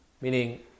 Meaning